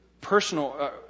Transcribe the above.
personal